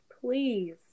please